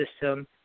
system